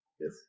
Yes